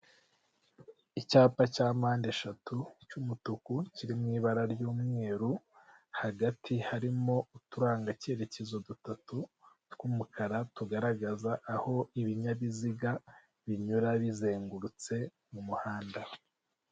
Icyapa cya mpandeshatu, cy'umutuku, kiri mu ibara ry'umweru, hagati harimo uturangacyerekezo dutatu tw'umukara, tugaragaza aho ibinyabiziga binyura bizengurutse, mu muhanda.